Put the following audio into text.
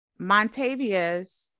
Montavious